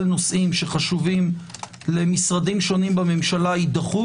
נושאים שחשובים למשרדים שונים בממשלה יידחו,